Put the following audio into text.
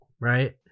right